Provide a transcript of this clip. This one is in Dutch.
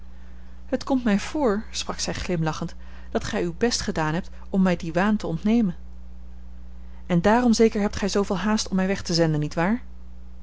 het komt mij voor sprak zij glimlachend dat gij uw best gedaan hebt om mij dien waan te ontnemen en daarom zeker hebt gij zooveel haast om mij weg te zenden niet waar